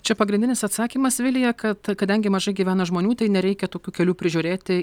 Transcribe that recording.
čia pagrindinis atsakymas vilija kad kadangi mažai gyvena žmonių tai nereikia tokių kelių prižiūrėti